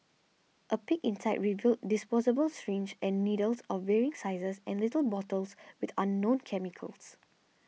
a peek inside revealed disposable syringes and needles of varying sizes and little bottles with unknown chemicals